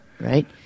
right